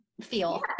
feel